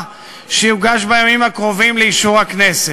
שיוגש בימים הקרובים לאישור הכנסת,